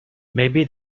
maybe